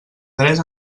tres